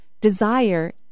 desire